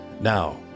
Now